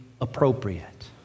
appropriate